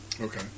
Okay